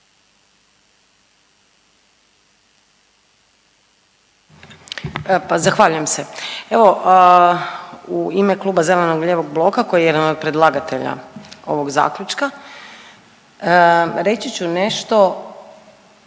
zahvaljujem se. Evo, u ime Kluba zeleno-lijevog bloka koji je jedan od predlagatelja ovog Zaključka, reći ću nešto